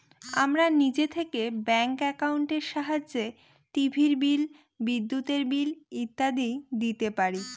আমরা নিজে থেকে ব্যাঙ্ক একাউন্টের সাহায্যে টিভির বিল, বিদ্যুতের বিল ইত্যাদি দিতে পারি